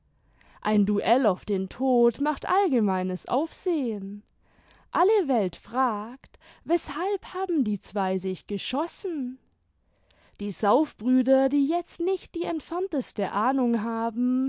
ein duell auf den tod macht allgemeines aufsehen alle welt fragt weßhalb haben die zwei sich geschossen die saufbrüder die jetzt nicht die entfernteste ahnung haben